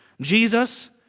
Jesus